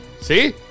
See